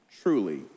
Truly